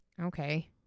okay